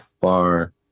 far